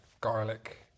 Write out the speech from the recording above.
garlic